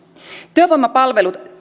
työvoimapalvelut